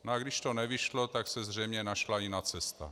A když to nevyšlo, tak se zřejmě našla jiná cesta.